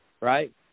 right